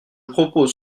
propose